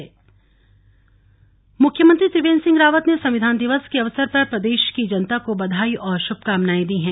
संविधान दिवस मुख्यमंत्री त्रिवेन्द्र सिंह रावत ने संविधान दिवस के अवसर पर प्रदेश की जनता को बधाई और शुभकामनाएं दी है